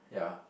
yeah